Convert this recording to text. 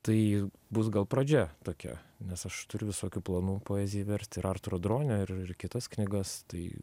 tai bus gal pradžia tokia nes aš turiu visokių planų poezijai verst ir artūro droinio ir ir kitas knygas tai